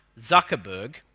Zuckerberg